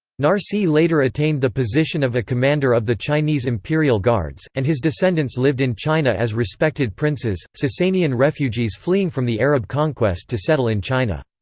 narsieh later attained the position of a commander of the chinese imperial guards, and his descendants lived in china as respected princes, sassanian refugees fleeing from the arab conquest to settle in china.